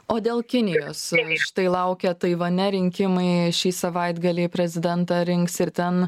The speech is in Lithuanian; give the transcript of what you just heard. o dėl kinijos štai laukia taivane rinkimai šį savaitgalį prezidentą rinks ir ten